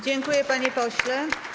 Dziękuję, panie pośle.